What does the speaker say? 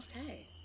Okay